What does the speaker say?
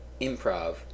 improv